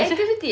eh